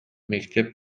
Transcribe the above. мектеп